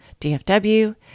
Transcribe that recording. DFW